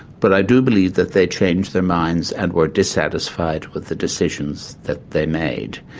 but i do believe that they changed their minds and were dissatisfied with the decisions that they made.